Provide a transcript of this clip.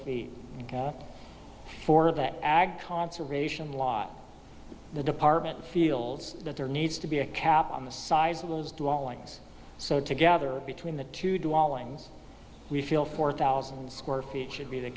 feet for the ag conservation lot the department fields that there needs to be a cap on the size of those dwellings so together between the two do all ngs we feel four thousand square feet should be the